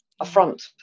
affront